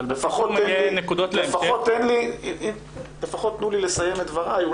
לפחות תנו לי לסיים את דבריי.